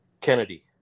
kennedy